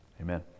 Amen